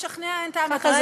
לשכנע אין טעם, את ראית.